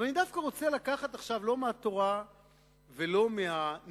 אבל אני דווקא רוצה לקחת עכשיו לא מהתורה ולא מהנביאים,